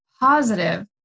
positive